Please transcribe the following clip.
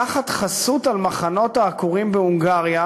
לקחת חסות על מחנות העקורים בהונגריה,